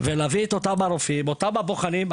ולהביא את אותם הרופאים, אותם הבוחנים.